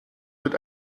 wird